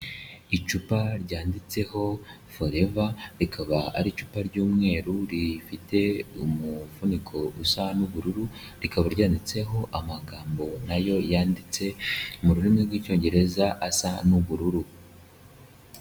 Icupa ryanditseho foreva rikaba ari icupa ry'umweru rifite umufuniko usa n'ubururu, rikaba ryanditseho amagambo nayo yanditse mu rurimi rw'icyongereza asa n'ubururu.